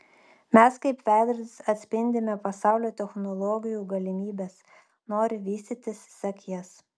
mes kaip veidrodis atspindime pasaulio technologijų galimybes nori vystytis sek jas